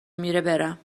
میره، برم